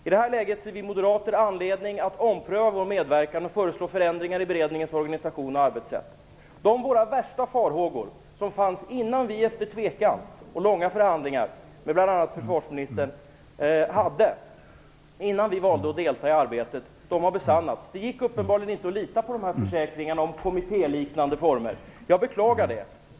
I detta läge ser vi moderater anledning att ompröva vår medverkan och föreslå förändringar i beredningens organisation och arbetssätt. Våra värsta farhågor, som vi hade innan vi efter tvekan och långa förhandlingar med bl.a. försvarsministern valde att delta i arbetet, har besannats. Det gick uppenbarligen inte att lita på försäkringarna om kommittéliknande former. Jag beklagar det.